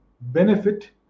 benefit